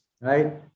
right